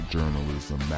Journalism